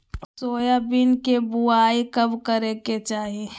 Soybean के बुआई कब करे के चाहि?